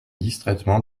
distraitement